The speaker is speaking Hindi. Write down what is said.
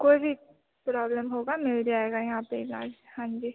कोइ भी प्रॉब्लम होगा मिल जाएगा यहाँ पर इलाज हाँ जी